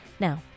Now